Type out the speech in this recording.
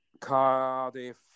Cardiff